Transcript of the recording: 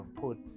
put